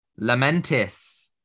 Lamentis